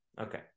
Okay